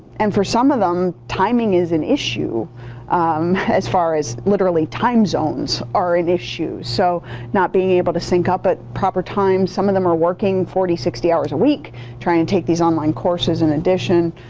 and for some of them timing is an issue as far as literally time zones are an issue. so not being able to synch up at proper times. some of them are working forty, sixty hours a week trying to take these online courses in addition.